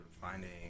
finding